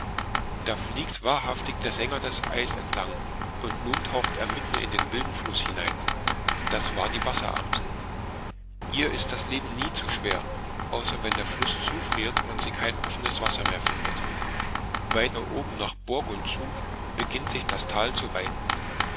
da fliegt wahrhaftig der sänger das eis entlang und nun taucht er mitten in den wilden fluß hinein das war die wasseramsel ihr ist das leben nie zu schwer außer wenn der fluß zufriert und sie kein offenes wasser mehr findet weiter oben nach borgund zu beginnt sich das tal zu weiten